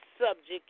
subject